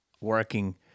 working